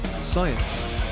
science